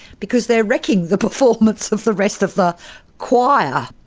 because they are wrecking the performance of the rest of the choir.